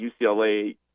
UCLA